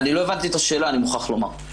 לא הבנתי את השאלה, אני מוכרח לומר.